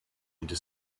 into